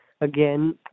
again